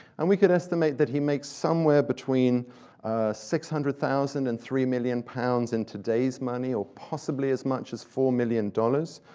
and we could estimate that he makes somewhere between six hundred thousand and three million pounds in today's money, or possibly as much as four million dollars.